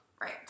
Right